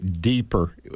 deeper